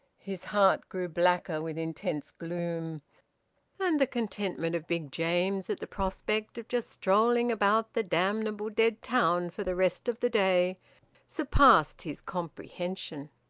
his heart grew blacker with intense gloom and the contentment of big james at the prospect of just strolling about the damnable dead town for the rest of the day surpassed his comprehension.